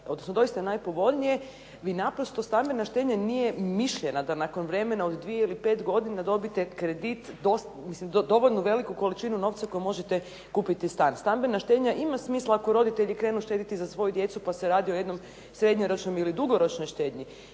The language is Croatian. odnosno doista najpovoljnije, vi naprosto stambena štednja nije mišljena da nakon vremena od dvije ili 5 godina dobite kredit, mislim dovoljno veliku količinu novca kojom možete kupiti stan. Stambena štednja ima smisla ako roditelji krenu štediti za svoju djecu pa se radi o jednom srednjoročnom ili dugoročnoj štednji,